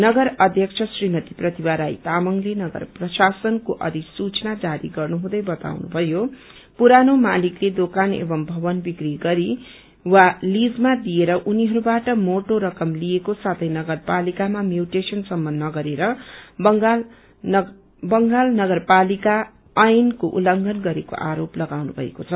नगर अध्यक्षा श्रीमती प्रतिभा राई तामाङ्से नगर प्रशासनको अधिसूचना जारी गर्नुहँदै बताउनु भयो पुरानो मालिकले योकान एवं भयन विक्री गरी वा लीजमा दिएर उनीहरूबाट मोटा रकम लिएको साथे नगरपालिकामा म्यूटेशन सम्प नगरेर बंगाल नगरपालिका ऐनको उत्लंघन गरेको आरोप लगाउनु भएको छ